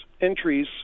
entries